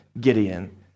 Gideon